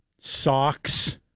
Socks